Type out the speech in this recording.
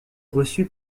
reçu